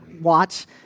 watch